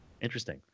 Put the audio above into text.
Interesting